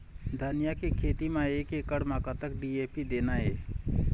धनिया के खेती म एक एकड़ म कतक डी.ए.पी देना ये?